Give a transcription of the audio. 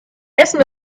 essen